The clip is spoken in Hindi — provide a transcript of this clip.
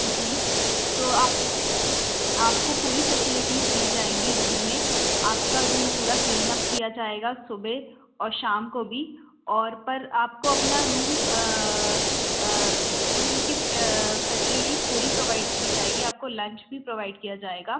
जी तो आप आपको पूरी फेसलिटीज़ दी जाएँगी रूम में आपका रूम पूरा क्लीनअप किया जाएगा सुबह और शाम को भी और पर आपको अपना रूम रूम की फेस्लिटीज़ पूरी प्रोवाइड की जाएगी आपको लंच भी प्रोवाइड किया जाएगा